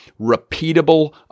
repeatable